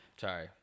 sorry